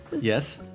Yes